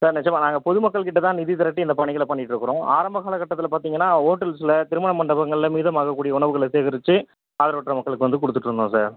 sir நிஜமா நாங்கள் பொதுமக்கள் கிட்டே தான் நிதி திரட்டி இந்த பணிகளை பண்ணிக்கிட்டு இருக்கிறோம் ஆரம்ப கால கட்டத்தில் பார்த்தீங்கன்னா ஹோட்டல்ஸில் திருமண மண்டபங்களில் மீதமாக கூடிய உணவுகளை சேகரித்து ஆதரவற்ற மக்களுக்கு வந்து கொடுத்துட்டு இருந்தோம் சார்